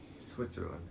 Switzerland